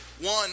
One